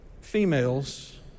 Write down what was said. females